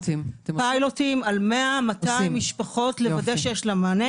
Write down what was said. פילוטים על 100, 200 משפחות לוודא שיש מענה.